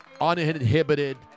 Uninhibited